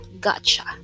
gotcha